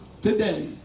today